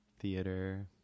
theater